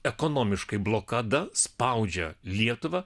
ekonomiškai blokada spaudžia lietuvą